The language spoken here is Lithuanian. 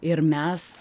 ir mes